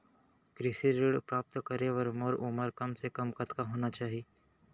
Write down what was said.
कृषि ऋण प्राप्त करे बर मोर उमर कम से कम कतका होना चाहि?